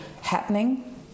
happening